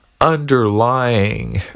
underlying